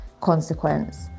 consequence